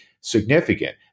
significant